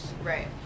Right